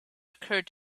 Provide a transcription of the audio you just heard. occurred